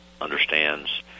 understands